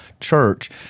church